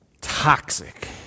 toxic